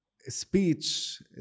speech